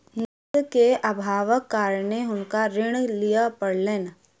नकद के अभावक कारणेँ हुनका ऋण लिअ पड़लैन